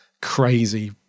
crazy